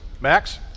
Max